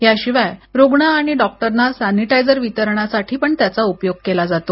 याशिवाय रुग्ण आणि डॉक्टर ना सॅनिटायझर वितरणासाठी त्याचा उपयोग केला जतो